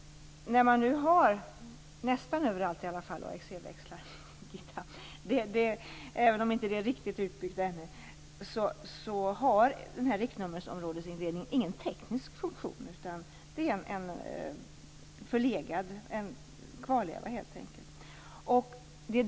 När man nu har AXE-växlar nästan överallt har denna riktnummerindelning ingen teknisk funktion, utan den är helt enkelt en kvarleva.